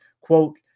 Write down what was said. Quote